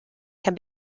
can